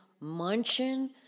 munching